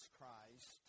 Christ